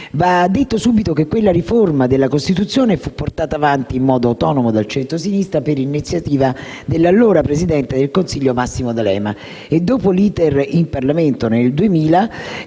Va detto subito che quella riforma della Costituzione fu portata avanti in modo autonomo dal centrosinistra, per iniziativa dell'allora presidente del Consiglio, Massimo D'Alema, e, dopo l'*iter* in Parlamento